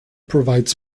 provides